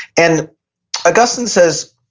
and augustine says,